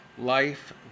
Life